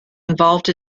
involved